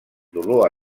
dolor